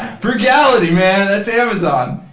frugality, man! that's amazon.